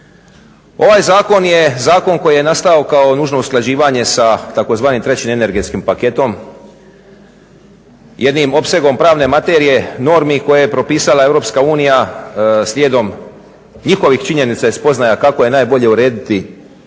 Ovaj zakon je zakon koji je nastao kao nužno usklađivanja sa tzv. 3.energetskim paketom, jednim opsegom pravne materije normi koje je propisala EU slijedom njihovih činjenica i spoznaja kako je najbolje urediti,